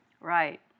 Right